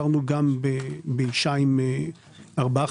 הכרנו באישה עם ארבעה,